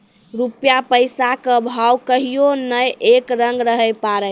रूपया पैसा के भाव कहियो नै एक रंग रहै पारै